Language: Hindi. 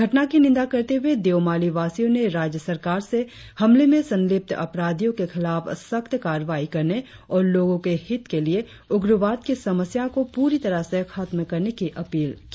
घटना की निंदा करते हुए देओमाली वासियों ने राज्य सरकार से हमले में संलिप्त आपराधियों के खिलाफ सख्त कार्रवाई करने और लोगों के हित के लिए उग्रवाद की समस्या को पूरी तरह से खत्म करने की अपील की